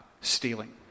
stealing